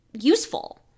useful